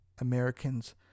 Americans